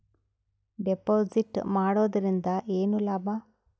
Deposit ಮಾಡುದರಿಂದ ಏನು ಲಾಭ?